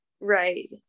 Right